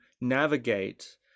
navigate